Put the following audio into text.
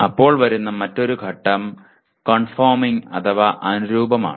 അപ്പോൾ വരുന്ന മറ്റൊരു ഘട്ടം കൺഫോർമിങ് അഥവാ അനുരൂപമാണ്